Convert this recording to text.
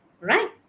Right